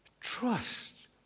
Trust